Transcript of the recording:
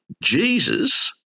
Jesus